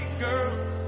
girl